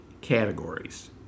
categories